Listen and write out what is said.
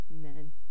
Amen